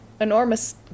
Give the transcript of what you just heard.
enormous